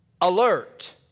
alert